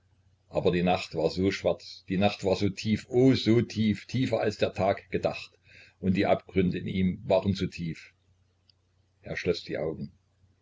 aber die nacht war so schwarz die nacht war so tief oh so tief tiefer als der tag gedacht und die abgründe in ihm waren so tief er schloß die augen